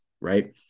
Right